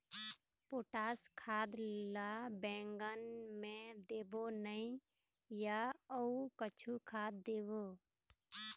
Potash खाद ला बैंगन मे देबो नई या अऊ कुछू खाद देबो?